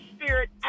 spirit